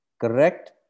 correct